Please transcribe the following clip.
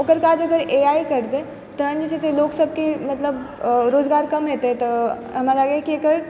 ओकर काज अगर एआइ करतै तहन जे छै से लोक सबके मतलब रोजगार कम हेतै तऽ हमरा लागै यऽ कि एकर